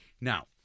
Now